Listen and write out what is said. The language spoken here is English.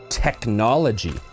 Technology